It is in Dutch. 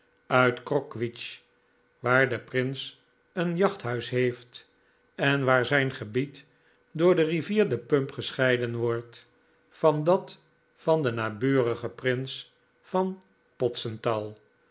uit grogwitz waar de prins een jachthuis heeft en waar zijn gebied door de rivier de pump gescheiden wordt van dat van den naburigen prins van